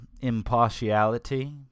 impartiality